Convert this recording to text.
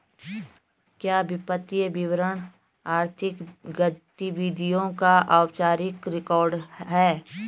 क्या वित्तीय विवरण आर्थिक गतिविधियों का औपचारिक रिकॉर्ड है?